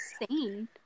insane